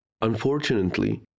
Unfortunately